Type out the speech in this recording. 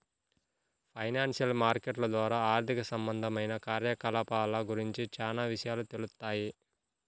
financial మార్కెట్ల ద్వారా ఆర్థిక సంబంధమైన కార్యకలాపాల గురించి చానా విషయాలు తెలుత్తాయి